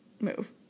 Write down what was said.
move